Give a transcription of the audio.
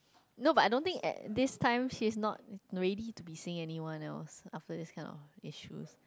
no but I don't think at this time she is not no ready to be seeing anyone else after this kind of issues